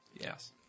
Yes